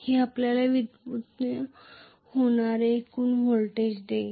हे आपल्याला व्युत्पन्न होणारी एकूण व्होल्टेज देईल